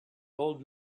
old